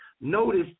Notice